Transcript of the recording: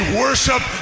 worship